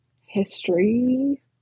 history